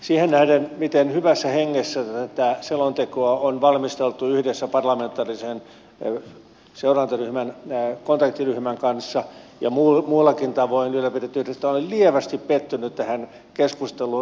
siihen nähden miten hyvässä hengessä tätä selontekoa on valmisteltu yhdessä parlamentaarisen kontaktiryhmän kanssa ja muullakin tavoin ylläpidetty yhteistyötä olen lievästi pettynyt tähän keskusteluun